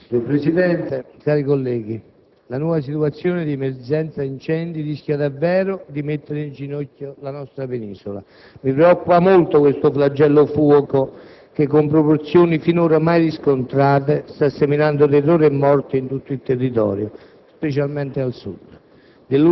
Signor Presidente, onorevoli colleghi, la nuova situazione di emergenza incendi rischia davvero di mettere in ginocchio la nostra penisola. Mi preoccupa molto questo "flagello fuoco" che, con proporzioni finora mai riscontrate, sta seminando terrore e morte in tutto il territorio, specialmente al Sud.